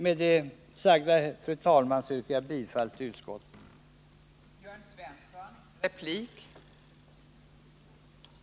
Med det sagda, fru talman, yrkar jag bifall till utskottets hemställan.